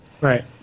Right